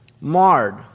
marred